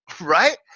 right